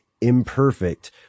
imperfect